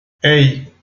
hey